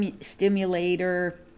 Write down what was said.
stimulator